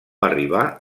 arribà